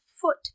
foot